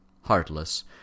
heartless